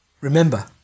Remember